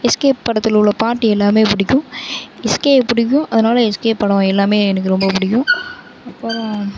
SK படத்தில் உள்ள பாட்டு எல்லாமே பிடிக்கும் எஸ்கேவை பிடிக்கும் அதனால் எஸ்கே படம் எல்லாமே எனக்கு ரொம்ப பிடிக்கும் அப்புறோம்